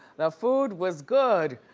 the food was good.